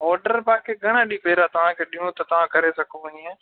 order पाणि घणां ॾींहं पहिरियों तव्हांखे ॾियूं त तव्हां करे सघो ईअं